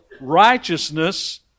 righteousness